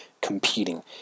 competing